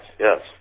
yes